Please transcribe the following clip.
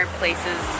places